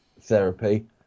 therapy